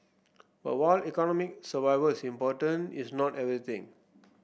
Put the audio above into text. but while economic survival is important it's not everything